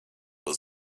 was